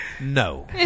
No